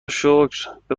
شکر، به